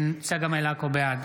בעד